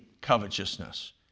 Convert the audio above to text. covetousness